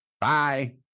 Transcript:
Bye